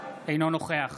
אינו נוכח